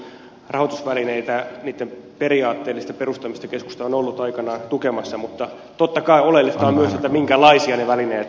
rahoitusvälineitä niitten periaatteellista perustamista keskusta on ollut aikanaan tukemassa mutta totta kai oleellista on myös minkälaisia ne välineet ovat